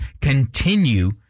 continue